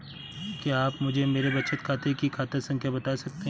क्या आप मुझे मेरे बचत खाते की खाता संख्या बता सकते हैं?